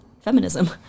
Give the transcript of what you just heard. feminism